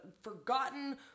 forgotten